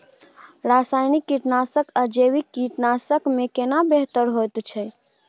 रसायनिक कीटनासक आ जैविक कीटनासक में केना बेहतर होतै?